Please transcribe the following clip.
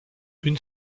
une